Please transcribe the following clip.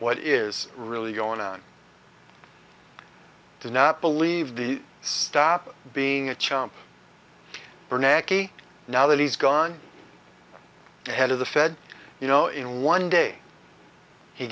what is really going on to not believe the stop being a chump now that he's gone ahead of the fed you know in one day he